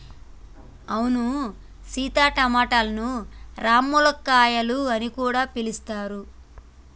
అవును సీత టమాటలను రామ్ములక్కాయాలు అని కూడా పిలుస్తారు